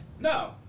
No